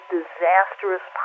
disastrous